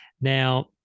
now